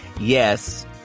Yes